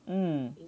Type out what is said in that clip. mm